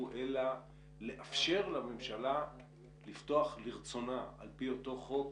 אלא לאפשר לממשלה לפתוח לרצונה על פי אותו חוק